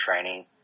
training